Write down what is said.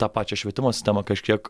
tą pačią švietimo sistemą kažkiek